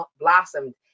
blossomed